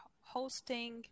hosting